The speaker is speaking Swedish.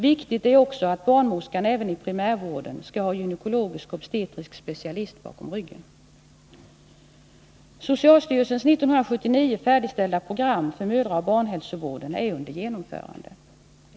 Viktigt är också att barnmorskan även i primärvården skall ha en gynekologisk-obstetrisk specialist bakom ryggen. Socialstyrelsens år 1979 färdigställda program för mödraoch barnhälsovården är under genomförande.